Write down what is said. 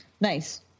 Nice